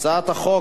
הצעת החוק